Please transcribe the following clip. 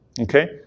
okay